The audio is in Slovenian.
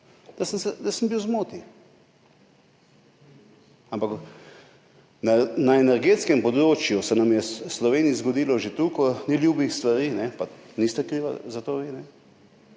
da sem bil v zmoti. Ampak na energetskem področju se nam je v Sloveniji zgodilo že toliko neljubih stvari, pa niste krivi za to. Vi